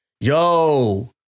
yo